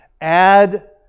add